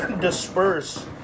disperse